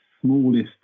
smallest